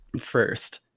first